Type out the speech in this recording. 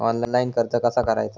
Online कर्ज कसा करायचा?